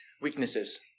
weaknesses